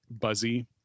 buzzy